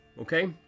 okay